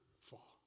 fall